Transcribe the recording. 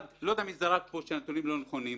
אני לא יודע מי זרק פה שהנתונים לא נכונים,